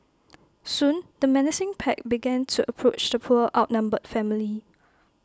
soon the menacing pack began to approach the poor outnumbered family